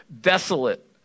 desolate